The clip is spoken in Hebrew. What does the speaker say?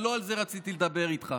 אבל לא על זה רציתי לדבר איתך.